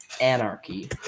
anarchy